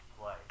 play